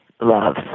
love